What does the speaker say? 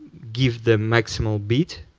give the maximum bid